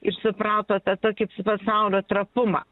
ir suprato tą tokį s pasaulio trapumą